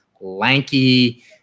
lanky